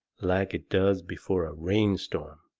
like it does before a rain storm.